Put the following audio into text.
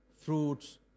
fruits